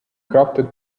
crafted